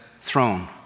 throne